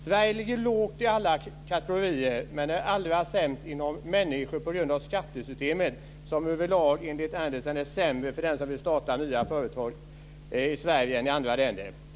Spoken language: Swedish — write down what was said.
Sverige ligger lågt i alla kategorier men är allra sämst inom människor på grund av skattesystemet som överlag, enligt Andersen, är sämre för dem som vill starta nya företag i Sverige än i andra länder.